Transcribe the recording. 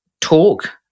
talk